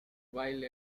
while